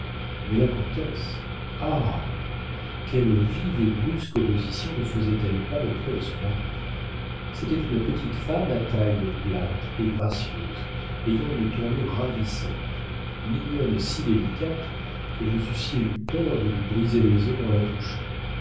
mais la comtesse ah quelle vive et brusque opposition ne faisait-elle pas auprès de son mari c'était une petite femme à taille plate et gracieuse ayant une tournure ravissante mignonne et si délicate que vous eussiez eu peur de lui briser les os en la touchant